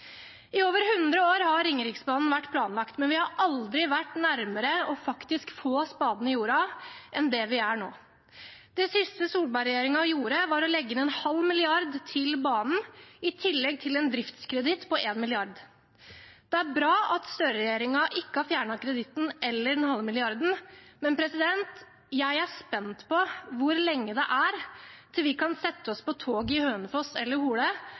I over hundre år har Ringeriksbanen vært planlagt, men vi har aldri vært nærmere å få spaden i jorda enn det vi er nå. Det siste Solberg-regjeringen gjorde, var å legge inn en halv milliard til banen i tillegg til en driftskreditt på én milliard. Det er bra at Støre-regjeringen ikke har fjernet kreditten eller den halve milliarden, men jeg er spent på hvor lenge det er til vi kan sette oss på toget i Hønefoss eller Hole